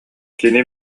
кини